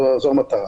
זו המטרה.